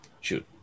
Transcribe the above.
Shoot